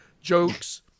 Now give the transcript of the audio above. jokes